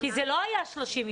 זה לא היה 30 יום.